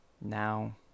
now